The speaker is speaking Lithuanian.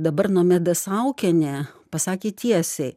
dabar nomeda saukienė pasakė tiesiai